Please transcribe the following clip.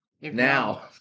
Now